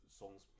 songs